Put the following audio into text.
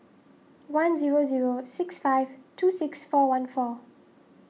one zero zero six five two six four one four